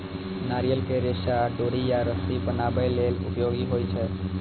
नारियल के रेशा डोरी या रस्सी बनाबै लेल उपयोगी होइ छै